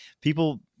people